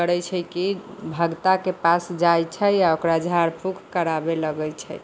करै छै कि भगताके पास जाइ छै आओर ओकरा झाड़ फूक कराबऽ लगै छै